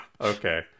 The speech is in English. okay